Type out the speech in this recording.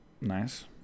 Nice